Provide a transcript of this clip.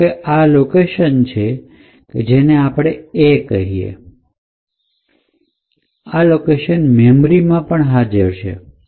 ધારો કે આ લોકેશન કે જેને આપણે A કહીએ છીએ તે લોકેશન મેમરી માં પણ હાજર છે